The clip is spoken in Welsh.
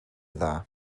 dda